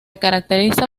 caracteriza